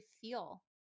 feel